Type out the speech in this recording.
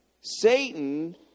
Satan